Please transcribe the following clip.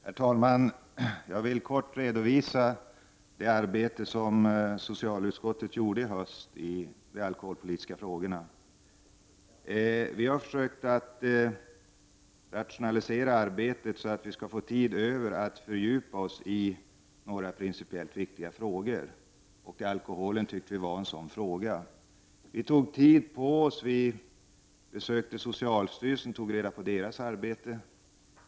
Herr talman! Jag vill kortfattat redovisa socialutskottets arbete i höstas när det gäller de alkoholpolitiska frågorna. I socialutskottet har vi försökt rationalisera arbetet så att vi skall få tid över att fördjupa oss i några principiellt viktiga frågor, och vi tyckte att alkoholpolitiken var en sådan fråga. Vi tog tid på oss och besökte socialstyrelsen och studerade dess arbete.